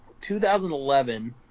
2011